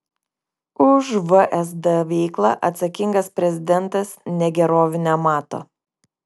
už vsd veiklą atsakingas prezidentas negerovių nemato